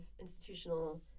institutional